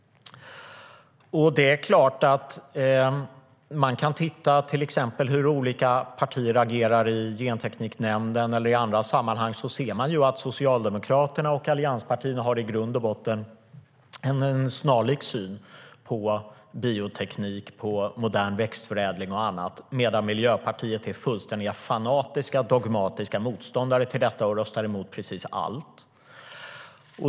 Det är klart att man kan titta på till exempel hur olika partier agerar i Gentekniknämnden eller i andra sammanhang. Då ser man att Socialdemokraterna och allianspartierna i grund och botten har en snarlik syn på bioteknik, modern växtförädling och annat medan Miljöpartiet är fullständigt fanatiska, dogmatiska motståndare till detta och röstar emot precis allt.